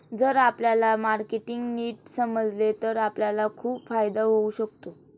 जर आपल्याला मार्केटिंग नीट समजले तर आपल्याला खूप फायदा होऊ शकतो